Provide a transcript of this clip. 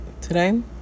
today